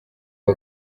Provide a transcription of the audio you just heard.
uyu